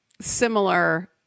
similar